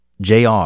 JR